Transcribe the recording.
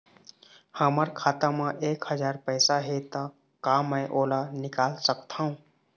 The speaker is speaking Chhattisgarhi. हमर खाता मा एक हजार पैसा हे ता का मैं ओला निकाल सकथव?